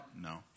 No